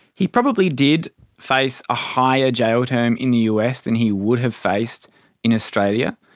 he probably did face a higher jail term in the us than he would have faced in australia,